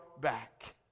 back